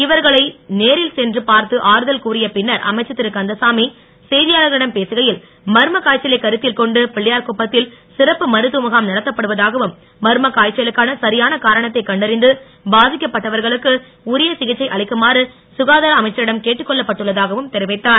இவர்களை நேரில் சென்று பார்த்து ஆறுதல் கூறிய பின்னர் அமைச்சர் திருகந்தசாமி செய்தியாளர்களிடம் பேசுகையில் மர்மகாய்ச்சலை கருத்தில் கொண்டு பிள்ளையார் குப்பத்தில் சிறப்பு மருத்துவமுகாம் நடத்தப்படுவதாகவும் மர்ம காய்ச்சலுக்கான சரியான காரணத்தை கண்டறிந்து பாதிக்கப்பட்டவர்களுக்கு உரிய சிகிச்சை அளிக்குமாறு சுகாதார அமைச்சரிடம் கேட்டுக்கொள்ளப் பட்டுள்ளதாகவும் தெரிவித்தார்